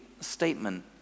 statement